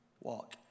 walk